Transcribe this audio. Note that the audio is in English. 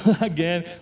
again